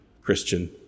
Christian